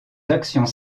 actions